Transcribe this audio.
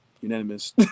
unanimous